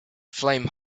flame